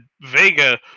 Vega